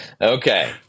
Okay